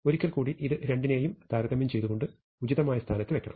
ഒരിക്കൽ കൂടി ഇത് രണ്ടിനെയും താരതമ്യം ചെയ്തുകൊണ്ട് ഉചിതമായ സ്ഥാനത്ത് വെക്കണം